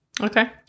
Okay